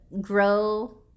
grow